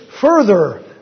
further